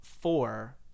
four